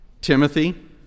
Timothy